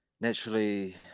Naturally